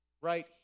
right